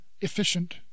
efficient